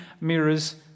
mirrors